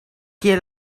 kie